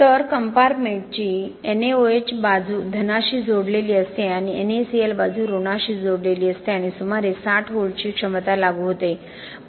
तर कंपार्टमेंटची NaOH बाजू धनाशी जोडलेली असते आणि NaCl बाजू ऋणाशी जोडलेली असते आणि सुमारे 60 व्होल्टची क्षमता लागू होते